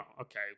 okay